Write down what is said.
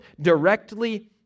directly